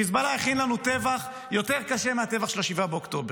חיזבאללה הכין לנו טבח יותר קשה מהטבח של 7 באוקטובר,